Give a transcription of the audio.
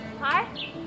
Hi